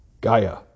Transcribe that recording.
Gaia